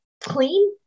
clean